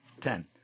Ten